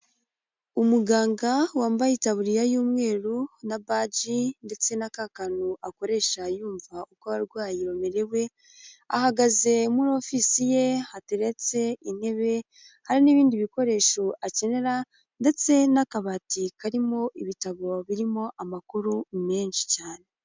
Umuganga wambaye itaburiya y'umweru na badji ndetse na kantu akoresha yumva uko abarwayi bamerewe, ahagaze muri ofisi ye hateretse intebe, hari n'ibindi bikoresho akenera ndetse n'akabati karimo ibitabo birimo amakuru ni menshi cyane.